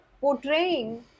portraying